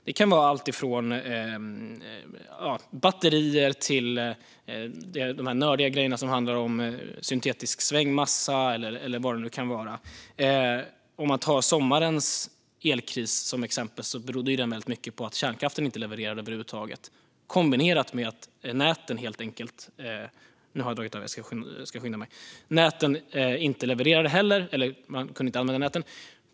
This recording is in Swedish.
Det kan vara alltifrån batterier till nördiga grejer som syntetisk svängmassa eller vad det nu kan vara. Sommarens elkris berodde mycket på att kärnkraften inte levererade över huvud taget kombinerat med att man inte kunde använda näten.